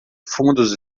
fundos